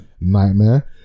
nightmare